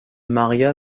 maría